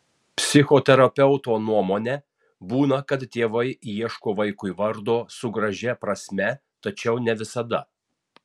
psichoterapeuto nuomone būna kad tėvai ieško vaikui vardo su gražia prasme tačiau ne visada